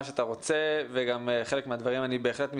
שאתה רוצה ובחלק מהדברים אני בהחלט מזדהה.